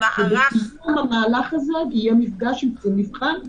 ובסיכום המהלך הזה יהיה מפגש עם קצין מבחן,